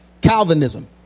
Calvinism